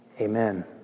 amen